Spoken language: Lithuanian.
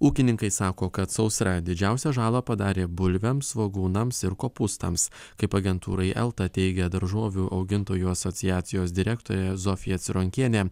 ūkininkai sako kad sausra didžiausią žalą padarė bulvėms svogūnams ir kopūstams kaip agentūrai elta teigė daržovių augintojų asociacijos direktorė zofija cironkienė